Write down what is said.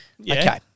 Okay